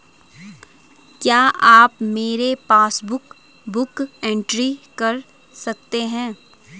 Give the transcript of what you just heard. क्या आप मेरी पासबुक बुक एंट्री कर सकते हैं?